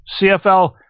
CFL